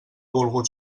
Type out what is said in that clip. volgut